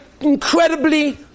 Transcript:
incredibly